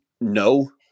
No